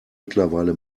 mittlerweile